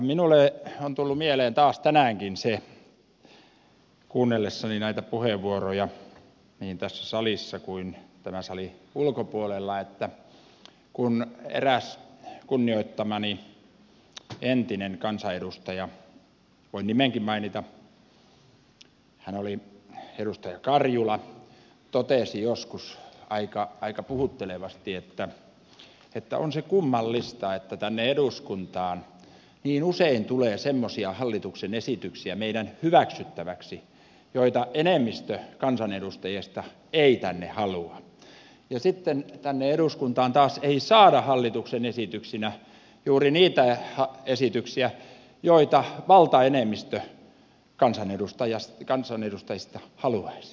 minulle on tullut mieleen taas tänäänkin kuunnellessani näitä puheenvuoroja niin tässä salissa kuin tämän salin ulkopuolella se kun eräs kunnioittamani entinen kansanedustaja voin nimenkin mainita hän oli edustaja karjula totesi joskus aika puhuttelevasti että on se kummallista että tänne eduskuntaan niin usein tulee semmoisia hallituksen esityksiä meidän hyväksyttäväksemme joita enemmistö kansanedustajista ei tänne halua ja sitten tänne eduskuntaan taas ei saada hallituksen esityksinä juuri niitä esityksiä joita valtaenemmistö kansanedustajista haluaisi